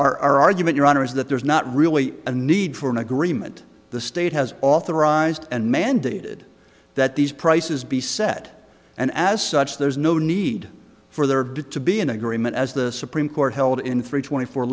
our argument your honor is that there's not really a need for an agreement the state has authorized and mandated that these prices be set and as such there's no need for there did to be an agreement as the supreme court held in three twenty four